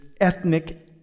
ethnic